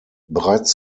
bereits